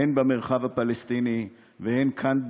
הן במרחב הפלסטיני והן כאן,